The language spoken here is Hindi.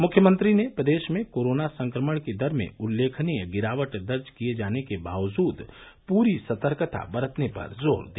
मुख्यमंत्री ने प्रदेश में कोरोना संक्रमण की दर में उल्लेखनीय गिरावट दर्ज किये जाने के बावजूद पूरी सतर्कता बरतने पर जोर दिया